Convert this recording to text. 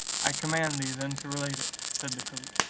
i command thee then to relate it, said the caliph.